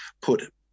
put